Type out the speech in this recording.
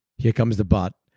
here comes the but.